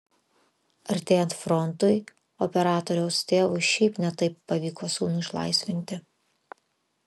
artėjant frontui operatoriaus tėvui šiaip ne taip pavyko sūnų išlaisvinti